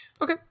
Okay